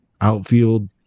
outfield